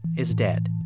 is dead.